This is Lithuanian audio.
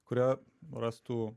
kurie rastų